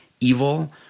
evil